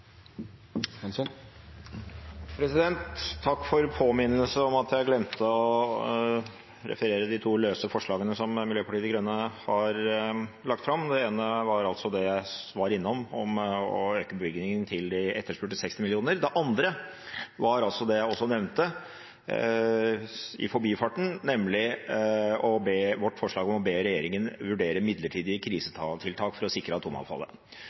takk for påminnelsen om at jeg glemte å ta opp de to løse forslagene som Miljøpartiet De Grønne har lagt fram. Det ene er det jeg var innom, å øke bevilgningene til de etterspurte med 60 mill. kr. Det andre var det jeg også nevnte i forbifarten, nemlig vårt forslag om å be regjeringen vurdere midlertidige krisetiltak for å sikre atomavfallet.